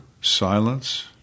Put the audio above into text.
silence